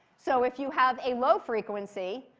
so if you have a low frequency,